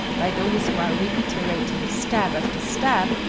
by those who are reiterating stab after stab,